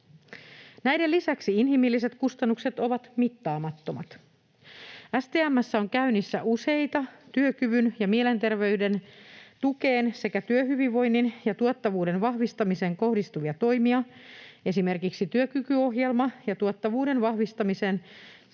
Näiden lisäksi inhimilliset kustannukset ovat mittaamattomat. STM:ssä on käynnissä useita työkyvyn ja mielenterveyden tukeen sekä työhyvinvoinnin ja tuottavuuden vahvistamiseen kohdistuvia toimia, esimerkiksi työkykyohjelma ja työelämän